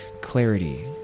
clarity